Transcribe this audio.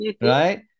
right